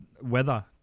weather